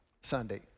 Sunday